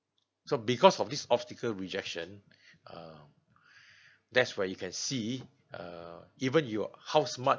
so because of this obstacle rejection um that's where you can see err even you're how smart